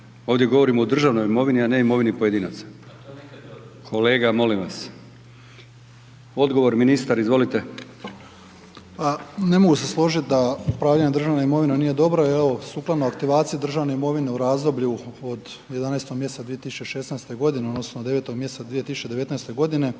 Ovdje govorimo o državnom imovini a ne imovini pojedinaca. .../Upadica se ne čuje./... Kolega, molim vas. Odgovor ministar, izvolite. **Banožić, Mario (HDZ)** A ne mogu se složiti da upravljanje državno imovinom nije dobro i evo sukladno aktivaciji državne imovine u razdoblju od 11. mjeseca 2016. godine odnosno od 9.og mjeseca 2019. godine.